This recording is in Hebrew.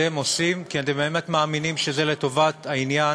אתם עושים כי אתם באמת מאמינים שזה לטובת העניין,